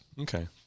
Okay